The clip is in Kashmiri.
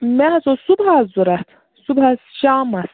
مےٚ حظ اوس صُبحس ضروٗرت صُبحس شامَس